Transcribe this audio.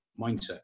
mindset